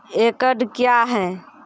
एकड कया हैं?